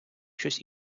щось